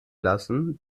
lassen